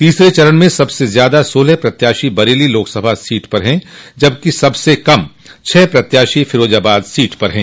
तीसरे चरण में सबसे ज्यादा सोलह प्रत्याशी बरेली लोकसभा सीट से हैं जबकि सबसे कम छह प्रत्याशी फिरोजाबाद सीट से हैं